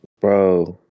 Bro